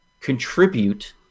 contribute